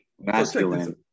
masculine